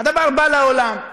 הדבר בא לעולם.